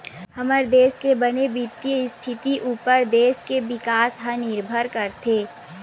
हमर देस के बने बित्तीय इस्थिति उप्पर देस के बिकास ह निरभर करथे